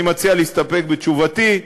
אני מציע להסתפק בתשובתי.